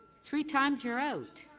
three times you're out.